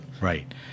right